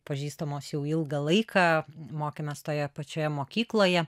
pažįstamos jau ilgą laiką mokėmės toje pačioje mokykloje